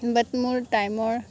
বাট মোৰ টাইমৰ